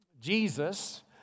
Jesus